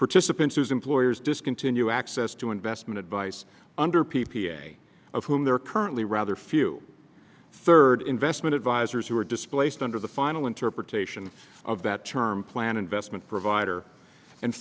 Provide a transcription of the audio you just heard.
participants whose employers discontinue access to investment advice under p p a of whom there are currently rather few third investment advisors who are displaced under the final interpretation of that term plan investment provider and